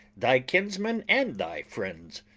thy kinsmen, and thy friends,